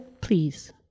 Please